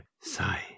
Sigh